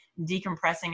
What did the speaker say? decompressing